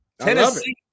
Tennessee